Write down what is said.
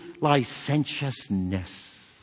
licentiousness